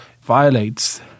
violates